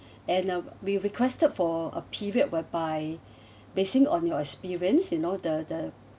and uh we requested for a period whereby basing on your experience you know the the